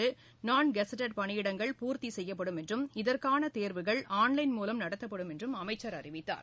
நான் கௌட்டடு பணி இடங்கள் பூர்த்தி செய்யப்படும் என்றும் இதற்கான தேர்வுகள் ஆன்லைன் மூலம் நடத்தப்படும் என்றும் அமைச்சர் அறிவித்தார்